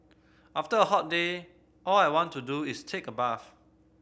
after a hot day all I want to do is take a bath